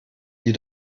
die